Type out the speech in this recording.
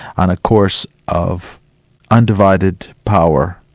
on a course of undivided power,